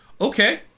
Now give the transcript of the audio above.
Okay